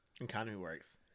EconomyWorks